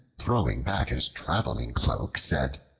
throwing back his traveling cloak said,